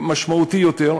משמעותי יותר,